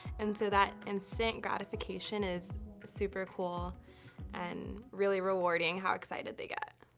and so that instant gratification is super cool and really rewarding how excited they get.